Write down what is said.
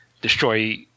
destroy